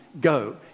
go